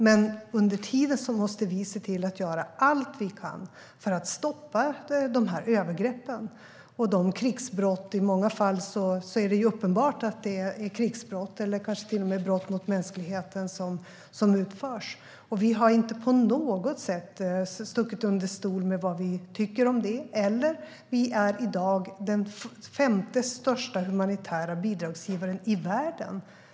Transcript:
Men under tiden måste vi se till att göra allt vi kan för att stoppa övergreppen och krigsbrotten. I många fall är det uppenbart att det är krigsbrott eller kanske till och med brott mot mänskligheten som begås. Vi har inte på något sätt stuckit under stol med vad vi tycker om det. Vi är i dag den femte största humanitära bidragsgivaren i världen.